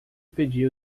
pediu